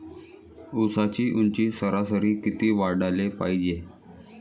ऊसाची ऊंची सरासरी किती वाढाले पायजे?